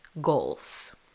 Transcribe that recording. goals